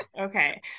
okay